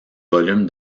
volume